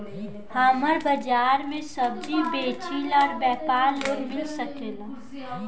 हमर बाजार मे सब्जी बेचिला और व्यापार लोन मिल सकेला?